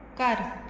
ਘਰ